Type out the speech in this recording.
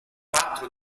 quattro